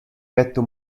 petto